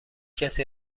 کسی